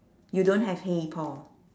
you don't have !hey! paul